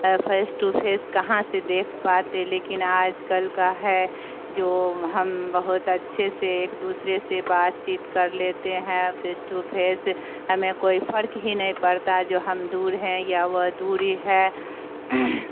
face to face کہاں سے دیکھ پاتے لیکن آج کل کا ہے جو ہم بہت اچھے سے ایک دوسرے سے بات چیت کر لیتے ہیں فیس ٹو فیس ہمیں کوئی فرق ہی نہیں پڑتا جو ہم دور ہیں یا وہ دوری ہے